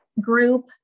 group